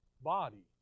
body